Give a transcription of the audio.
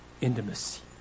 Intimacy